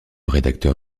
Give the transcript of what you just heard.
rédacteur